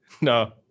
No